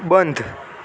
બંધ